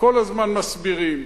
כל הזמן מסבירים.